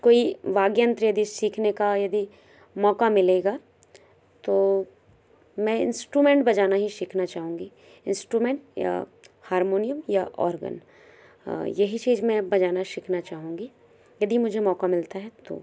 कोई वाद्य यंत्र यदि सीखने का यदि मौका मिलेगा तो मैं इंस्ट्रुमेंट बजाना ही सीखना चाहूँगी इंस्ट्रुमेंट या हारमोनियम या ऑर्गन ये ही चीज मैं बजाना सीखना चाहूँगी यदि मुझे मौका मिलता है तो